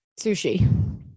sushi